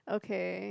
okay